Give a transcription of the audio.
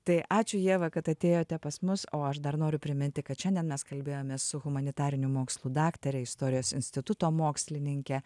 tai ačiū ieva kad atėjote pas mus o aš dar noriu priminti kad šiandien mes kalbėjomės su humanitarinių mokslų daktare istorijos instituto mokslininke